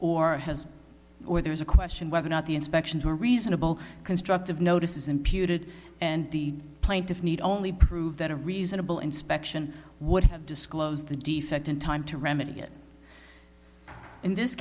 or has or there's a question whether or not the inspections are reasonable constructive notice is imputed and the plaintiff need only prove that a reasonable inspection what have disclosed the defect in time to remedy it in this